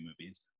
movies